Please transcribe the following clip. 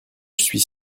suis